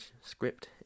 script